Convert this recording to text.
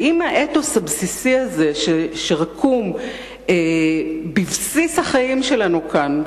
אם האתוס הבסיסי הזה שרקום בבסיס החיים שלנו כאן,